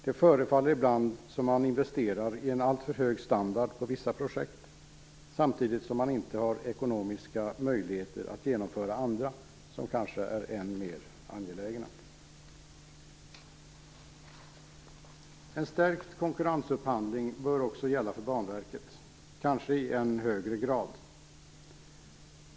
Det förefaller ibland som om man investerar i en alltför hög standard på vissa projekt samtidigt som man inte har ekonomiska möjligheter att genomföra andra som är kanske än mer angelägna. En stärkt konkurrensupphandling bör också gälla för Banverket. Kanske i än högre grad.